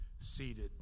seated